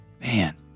man